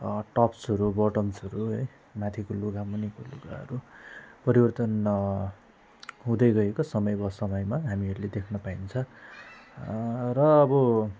टप्सहरू बटम्सहरू है माथिको लुगा मुनिको लुगाहरू परिवर्तन हुँदै गएको समय वा समयमा हामीहरूले देख्न पाइन्छ र अब